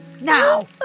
Now